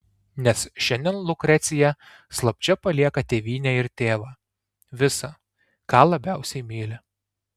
nes šiandien lukrecija slapčia palieka tėvynę ir tėvą visa ką labiausiai myli